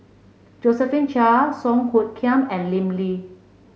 Josephine Chia Song Hoot Kiam and Lim Lee